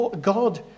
god